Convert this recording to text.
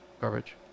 garbage